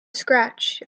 scratch